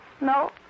No